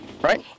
right